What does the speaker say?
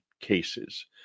cases